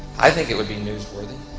i think it would be news-worthy.